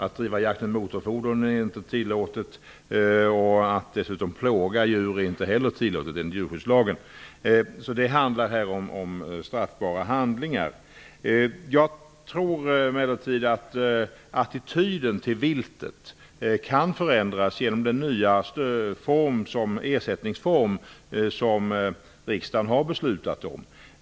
Att bedriva jakt med motorfordon är inte tillåtet och att dessutom plåga djur är enligt djurskyddslagen inte heller tillåtet, så det handlar här om straffbara handlingar. Jag tror emellertid att attityden till viltet kan förändras genom den nya ersättningsform som riksdagen har beslutat om.